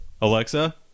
alexa